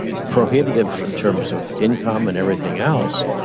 prohibitive in terms of income and everything else,